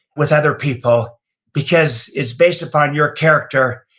with other people because it's based upon your character,